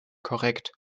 korrekt